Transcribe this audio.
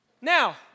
Now